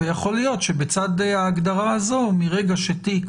ויכול להיות שבצד ההגדרה הזו, מרגע שתיק